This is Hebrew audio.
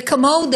וכמוהו,